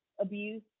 abuse